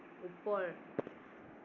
ওপৰ